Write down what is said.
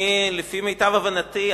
לפי מיטב הבנתי,